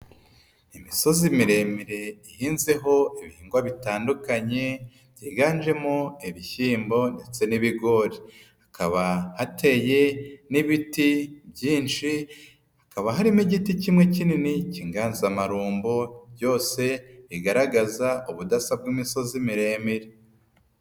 Imisozi miremire ihinzeho ibihingwa bitandukanye byiganjemo ibishyimbo ndetse n'ibigori, hakaba hateye n'ibiti byinshi, hakaba harimo igiti kimwe kinini cy'inganzamarumbo byose bigaragaza ubudasa bw'imisozi miremimire.